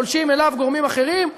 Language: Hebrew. פולשים אליו גורמים אחרים,